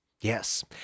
Yes